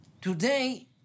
Today